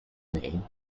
name